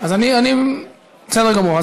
בסדר גמור.